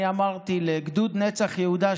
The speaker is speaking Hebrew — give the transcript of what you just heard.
אני אמרתי לגדוד נצח יהודה,